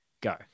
Go